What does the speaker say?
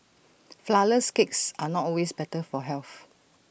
Flourless Cakes are not always better for health